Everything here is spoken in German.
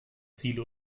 silo